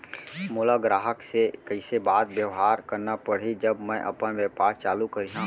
मोला ग्राहक से कइसे बात बेवहार करना पड़ही जब मैं अपन व्यापार चालू करिहा?